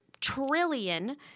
trillion